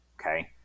okay